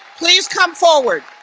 please come forward.